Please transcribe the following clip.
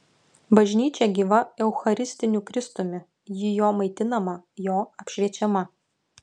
bažnyčia gyva eucharistiniu kristumi ji jo maitinama jo apšviečiama